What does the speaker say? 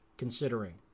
Considering